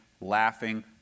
laughing